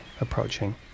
approaching